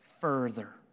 further